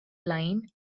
line